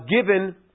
given